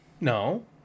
No